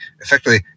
effectively